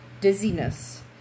dizziness